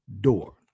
door